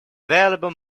album